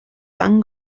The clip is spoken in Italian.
van